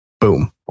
Boom